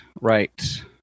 right